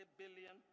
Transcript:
billion